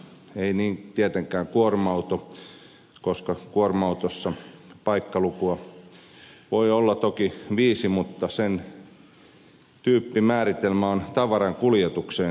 ei tietenkään kuorma auto koska kuorma autossa paikkaluku voi olla toki viisi mutta sen tyyppimääritelmä on tavarankuljetukseen valmistettu ajoneuvo